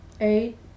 eight